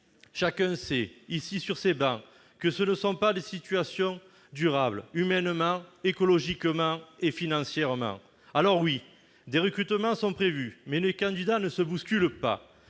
Chacun sait, ici sur ces travées, que ce ne sont pas des solutions durables, humainement, écologiquement et financièrement. Alors oui, des recrutements sont prévus, mais les candidats ne se bousculent pas.